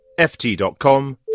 FT.com